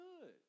good